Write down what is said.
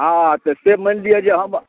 हाँ तऽ से मानि लिअऽ जे हम